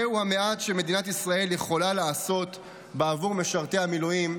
זהו המעט שמדינת ישראל יכולה לעשות בעבור משרתי המילואים.